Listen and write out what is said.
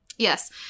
Yes